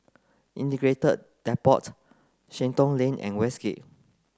Integrated Depot Shenton Lane and Westgate